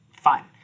fine